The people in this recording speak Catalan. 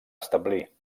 establir